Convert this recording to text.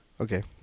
Okay